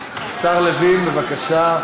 השר לוין, בבקשה.